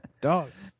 Dogs